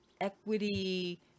equity